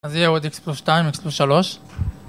אז זה יהיה עוד איקס פלוס 2 ואיקס פלוס 3